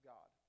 God